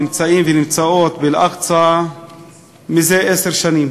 נמצאים ונמצאות באל-אקצא זה עשר שנים,